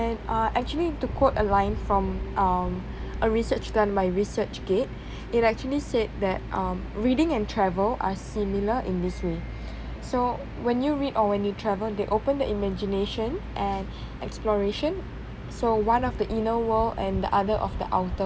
and uh actually to quote a line from um a research done by research gate it actually said that um reading and travel are similar in this way so when you read or when you travel they open the imagination and exploration so one of the inner world and the other of the outer